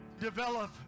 develop